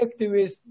activists